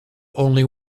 only